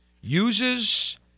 uses